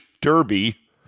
Derby